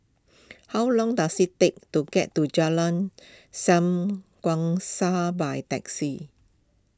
how long does it take to get to Jalan Sam Kongsi by taxi